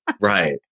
Right